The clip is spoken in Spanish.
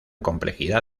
complejidad